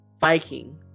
Viking